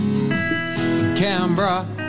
Canberra